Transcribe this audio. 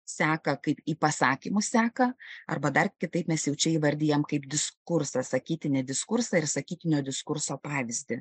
seką kaip į pasakymų seką arba dar kitaip mes jau čia įvardijam kaip diskursą sakytinį diskursą ir sakytinio diskurso pavyzdį